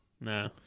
No